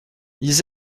ils